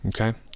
Okay